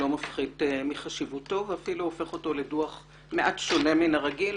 לא מפחית מחשיבותו ואפילו הופך אותו לדוח מעט שונה מן הרגיל.